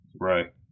Right